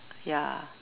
ya